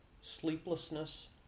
Sleeplessness